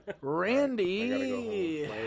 randy